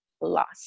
Lost